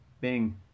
Bing